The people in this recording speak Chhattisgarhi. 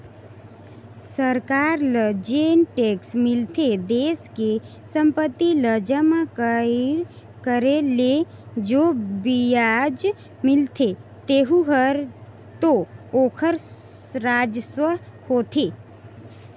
सरकार ल जेन टेक्स मिलथे देस के संपत्ति ल जमा करे ले जो बियाज मिलथें तेहू हर तो ओखर राजस्व होथे